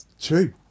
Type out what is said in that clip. true